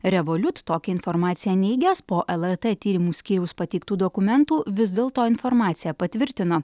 revoliut tokią informaciją neigęs po lrt tyrimų skyriaus pateiktų dokumentų vis dėlto informaciją patvirtino